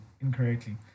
incorrectly